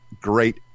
great